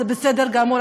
זה בסדר גמור,